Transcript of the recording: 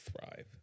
thrive